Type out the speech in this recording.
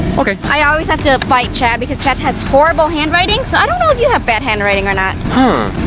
okay. i always have to fight chad, because chad has horrible handwriting, so i don't know if you have bad handwriting or not. huh,